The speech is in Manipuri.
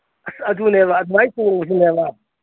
ꯑꯁ ꯑꯗꯨꯅꯦꯕ ꯑꯗꯨꯃꯥꯏ ꯇꯣꯡꯉꯨ ꯁꯤꯅꯦꯕ